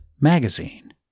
magazine